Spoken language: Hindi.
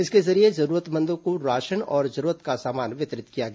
इसके जरिये जरूरतमंदों को राशन और जरूरत का सामान वितरित किया गया